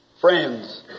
Friends